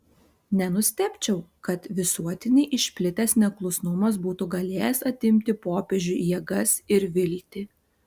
nenustebčiau kad visuotinai išplitęs neklusnumas būtų galėjęs atimti popiežiui jėgas ir viltį